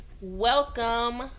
welcome